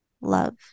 love